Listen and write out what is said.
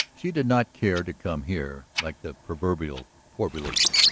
she did not care to come here like the proverbial poor relation.